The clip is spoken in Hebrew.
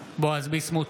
ביסמוט,